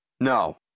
No